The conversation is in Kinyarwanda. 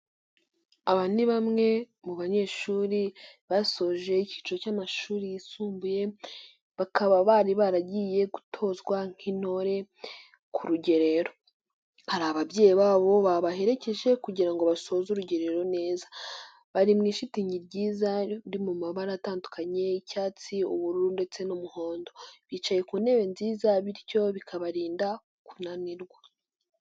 Aba ni bamwe mu banyeshuri basoje icyiciro cy'amashuri yisumbuye, bakaba bari baragiye gutozwa nk'intore ku rugerero. Hari ababyeyi babo babaherekeje kugira ngo basoze urugerero neza. Bari mu ishitingi ryiza riri mu mabara atandukanye y'icyatsi, ubururu ndetse n'umuhondo, bicaye ku ntebe nziza bityo bikabarinda kunanirwa.